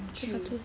three